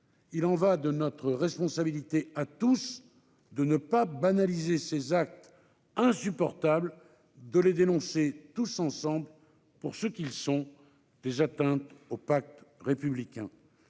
il est de notre responsabilité à tous de ne pas banaliser ces actes insupportables et de les dénoncer, tous ensemble, pour ce qu'ils sont, à savoir des atteintes au pacte républicain.